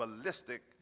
ballistic